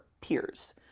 peers